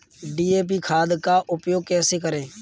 DAP खाद का उपयोग कैसे करें?